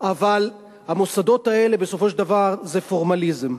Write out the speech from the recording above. אבל המוסדות האלה, בסופו של דבר, זה פורמליזם.